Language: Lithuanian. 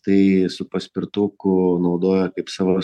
tai su paspirtuku naudoja kaip savo